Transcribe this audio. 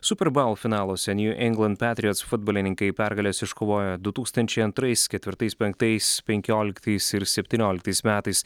super baul finaluose nju ingland petriots futbolininkai pergales iškovojo du tūkstančiai antrais ketvirtais penktais penkioliktais ir septynioliktais metais